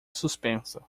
suspensa